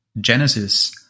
Genesis